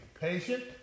patient